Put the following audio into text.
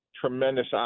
tremendous